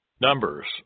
Numbers